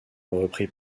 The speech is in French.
reprit